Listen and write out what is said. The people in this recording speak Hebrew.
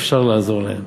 אפשר לעזור להם.